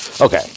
Okay